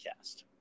podcast